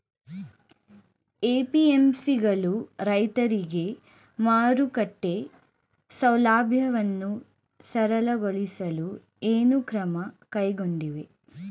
APMC ಗಳು ರೈತರಿಗೆ ಮಾರುಕಟ್ಟೆ ಸೌಲಭ್ಯವನ್ನು ಸರಳಗೊಳಿಸಲು ಏನು ಕ್ರಮ ಕೈಗೊಂಡಿವೆ?